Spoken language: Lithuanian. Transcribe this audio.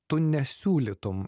tu nesiūlytum